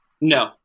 No